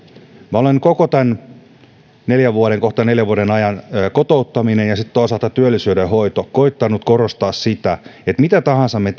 minä olen koko tämän kohta neljän vuoden ajan kotouttamiseen ja toisaalta työllisyyden hoitoon liittyen koettanut korostaa sitä että mitä tahansa me